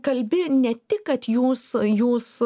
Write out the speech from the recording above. kalbi ne tik kad jūs jūs